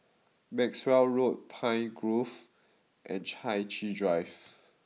Maxwell Road Pine Grove and Chai Chee Drive